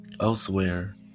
Elsewhere